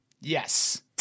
Yes